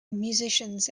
musicians